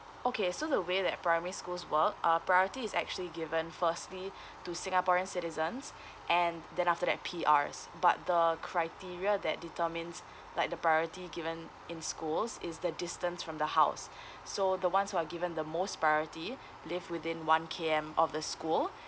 okay so the way that primary schools work uh priority is actually given firstly to singaporean citizens and then after that P_Rs but the criteria that determines like the priority given in schools is the distance from the house so the ones who are given the most priority live within one K_M of the school